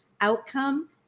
outcome